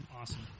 Awesome